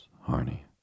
Harney